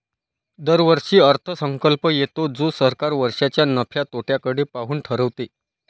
दरवर्षी अर्थसंकल्प येतो जो सरकार वर्षाच्या नफ्या तोट्याकडे पाहून ठरवते